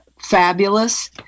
fabulous